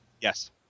Yes